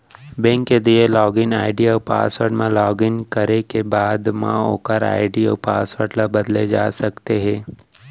bank के दिए login ID अउ पासवर्ड म लॉगिन करे के बाद म ओकर आईडी अउ पासवर्ड ल बदले जा सकते हे